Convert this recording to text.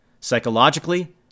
psychologically